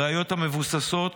ראיות המבססות